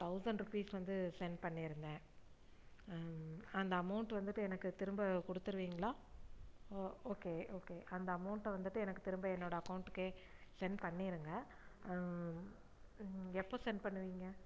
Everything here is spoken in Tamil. தௌசண்ட் ரூப்பீஸ் வந்து சென்ட் பண்ணியிருந்தேன் அந்த அமௌண்ட் வந்துட்டு எனக்கு திரும்ப கொடுத்துருவீங்களா ஓ ஓகே ஓகே அந்த அமௌண்ட்டை வந்துட்டு எனக்கு திரும்ப என்னோடய அக்கௌண்ட்டுக்கே சென்ட் பண்ணிடுங்க எப்போ சென்ட் பண்ணுவிங்கள்